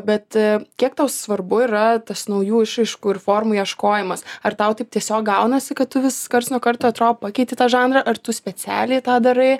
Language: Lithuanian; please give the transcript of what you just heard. bet kiek tau svarbu yra tas naujų išraiškų ir formų ieškojimas ar tau taip tiesiog gaunasi kad tu vis karts nuo karto atrodo pakeiti tą žanrą ar tu specialiai tą darai